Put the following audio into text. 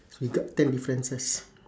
so we got ten differences